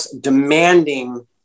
demanding